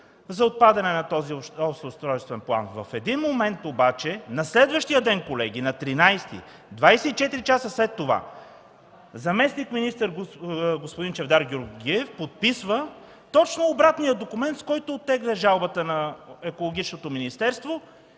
за отпадане на този общ устройствен план не следва да бъде уважена. На следващия ден обаче, на 13 декември, 24 часа след това, заместник-министърът господин Чавдар Георгиев подписва точно обратния документ, с който оттегля жалбата на Екологичното министерство